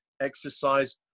exercise